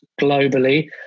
globally